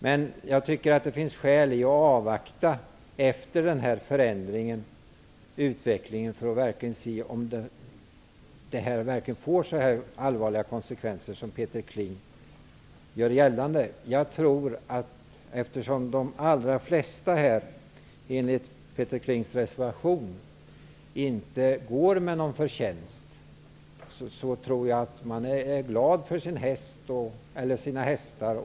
Men det finns skäl att avvakta utvecklingen efter att denna förändring har gjorts, för att se om verksamheten verkligen får så allvarliga konsekvenser som Peter Kling gör gällande. Klings reservation, inte ger någon förtjänst, tror jag att man är glad över sina hästar.